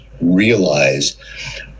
realize